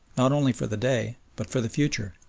not only for the day but for the future.